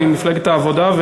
הוא ממפלגת העבודה,